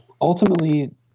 ultimately